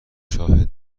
شاهدی